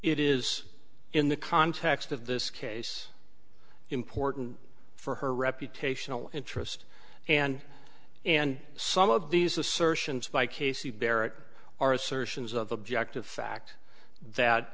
it is in the context of this case important for her reputational interest and and some of these assertions by casey barrett are assertions of objective fact that